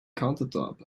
countertop